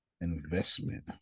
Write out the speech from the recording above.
investment